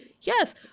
Yes